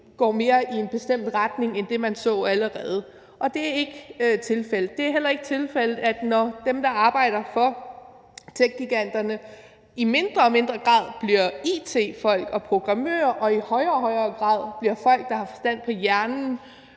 går mere i en bestemt retning end det, man allerede så. Og det er ikke tilfældigheder. Det er heller ikke tilfældigheder, når dem, der arbejder for techgiganterne, i mindre og mindre grad er it-folk og programmører og i højere og højere grad er folk, der har forstand på hjernen;